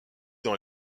dans